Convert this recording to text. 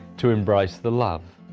to embrace the love,